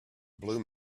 blue